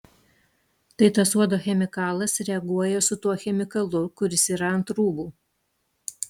tai tas uodo chemikalas reaguoja su tuo chemikalu kuris yra ant rūbų